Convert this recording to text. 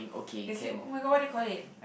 is it oh-my-god what do you call it